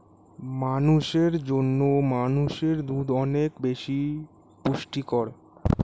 মানুষের জন্য মোষের দুধ অনেক বেশি পুষ্টিকর